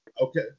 Okay